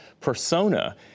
persona